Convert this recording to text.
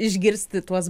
išgirsti tuos